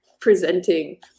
presenting